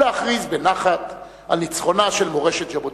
ולהכריז בנחת על ניצחונה של מורשת ז'בוטינסקי.